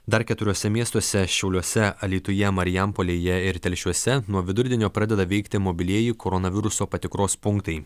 dar keturiuose miestuose šiauliuose alytuje marijampolėje ir telšiuose nuo vidurdienio pradeda veikti mobilieji koronaviruso patikros punktai